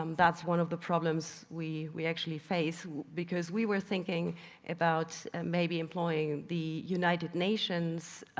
um that's one of the problems we we actually face because we were thinking about maybe employing the united nations,